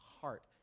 heart